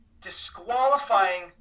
disqualifying